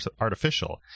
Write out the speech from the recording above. artificial